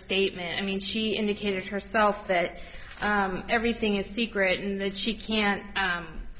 statement i mean she indicated herself that everything is secret in that she can't